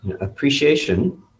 appreciation